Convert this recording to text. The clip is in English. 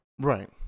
Right